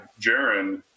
Jaron